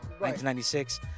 1996